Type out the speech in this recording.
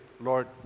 Lord